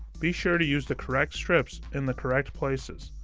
be sure to use the correct strips in the correct places.